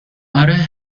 آره